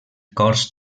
cors